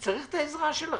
צריך את העזרה שלכם,